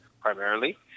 primarily